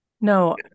No